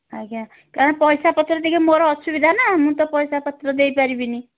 ଆଜ୍ଞା କାରଣ ପଇସା ପତ୍ର ଟିକିଏ ମୋର ଅସୁବିଧା ନା ମୁଁ ତ ପଇସା ପତ୍ର ଦେଇପାରିବିନି